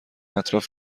اطراف